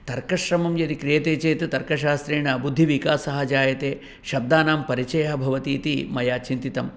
तर्कश्रमं यदि क्रियते चेत् तर्कशास्त्रेण बुद्धिविकासः जायते शब्दानां परिचयः भवतीति मया चिन्तितं